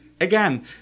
again